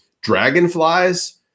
dragonflies